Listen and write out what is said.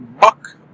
Buck